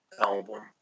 album